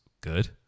good